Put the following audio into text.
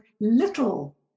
little